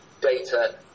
data